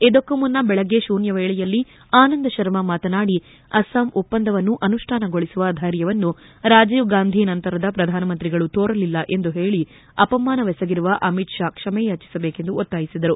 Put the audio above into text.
ಇದಕ್ಕೂ ಮುನ್ನ ಬೆಳಗ್ಗೆ ಶೂನ್ಣವೇಳೆಯಲ್ಲಿ ಆನಂದ ಶರ್ಮ ಮಾತನಾಡಿ ಅಸ್ಲಾಂ ಒಪ್ಪಂದವನ್ನು ಅನುಷ್ಠಾನಗೊಳಿಸುವ ಧ್ಯೆರ್ಯವನ್ನು ರಾಜೀವ್ ಗಾಂಧಿ ನಂತರದ ಪ್ರಧಾನ ಮಂತ್ರಿಗಳು ತೋರಲಿಲ್ಲ ಎಂದು ಹೇಳಿ ಅಪಮಾನವೆಸಗಿರುವ ಅಮಿತ್ ಷಾ ಕ್ಷಮೆಯಾಚಿಸಬೇಕೆಂದು ಒತ್ತಾಯಿಸಿದರು